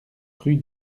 rue